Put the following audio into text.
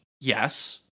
yes